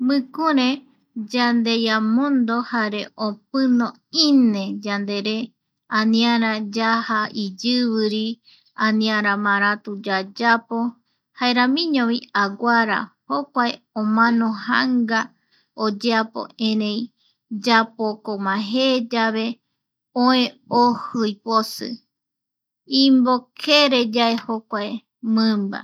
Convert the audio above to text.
Mikure yandeiamondo, jare opino ine yandere aniara yaaja iyiviri aniara maratu yayapo jaeramiñovi aguara jokuae omano janga oyeapo erei yapokoma je yave oe ijii posi, imbokereyae jokuae mimba.